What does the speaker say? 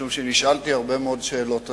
משום שנשאלתי הרבה מאוד שאלות עליה.